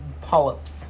polyps